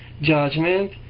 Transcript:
judgment